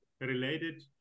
related